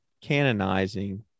canonizing